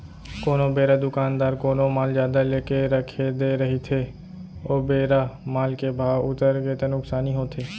कोनो बेरा दुकानदार कोनो माल जादा लेके रख दे रहिथे ओ बेरा माल के भाव उतरगे ता नुकसानी होथे